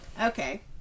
Okay